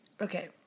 Okay